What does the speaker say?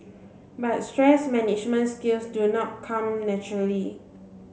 but stress management skills do not come naturally